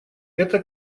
эта